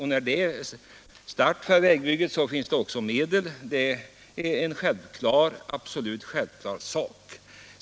Och när förutsättningar för start föreligger finns det också medel, det är en absolut självklar sak.